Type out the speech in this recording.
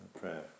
prayer